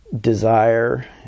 desire